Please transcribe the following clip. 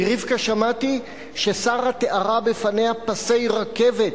מרבקה שמעתי ששרה תיארה בפניה פסי רכבת